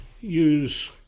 use